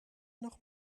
noch